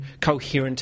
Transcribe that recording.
coherent